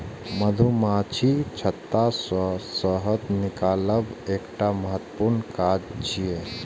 मधुमाछीक छत्ता सं शहद निकालब एकटा महत्वपूर्ण काज छियै